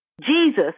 Jesus